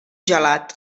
gelat